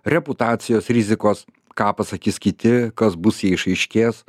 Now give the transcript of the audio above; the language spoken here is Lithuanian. reputacijos rizikos ką pasakys kiti kas bus jei išaiškės